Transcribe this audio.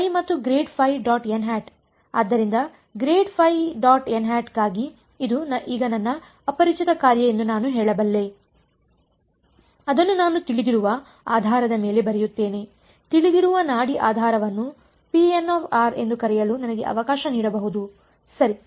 ಆದ್ದರಿಂದ ಗಾಗಿ ಇದು ಈಗ ನನ್ನ ಅಪರಿಚಿತ ಕಾರ್ಯ ಎಂದು ನಾನು ಹೇಳಬಲ್ಲೆ ಅದನ್ನು ನಾನು ತಿಳಿದಿರುವ ಆಧಾರದ ಮೇಲೆ ಬರೆಯುತ್ತೇನೆ ತಿಳಿದಿರುವ ನಾಡಿ ಆಧಾರವನ್ನು ಎಂದು ಕರೆಯಲು ನನಗೆ ಅವಕಾಶ ನೀಡಬಹುದು ಸರಿ